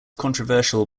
controversial